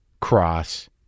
Cross